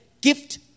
gift